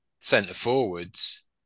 centre-forwards